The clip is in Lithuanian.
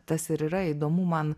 tas ir yra įdomu man